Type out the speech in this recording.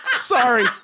Sorry